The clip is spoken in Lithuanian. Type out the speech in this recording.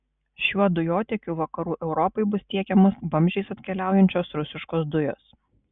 šiuo dujotiekiu vakarų europai bus tiekiamos vamzdžiais atkeliausiančios rusiškos dujos